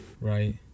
right